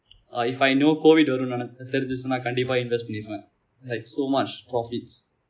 I if I knew COVID வரும் என்று எனக்கு தெரிந்திருந்தால் கண்டிப்பாக:varum endru enakku therinthirundhaal kandipaaga invest பன்னிருப்பேன்:pannirupen like so much profits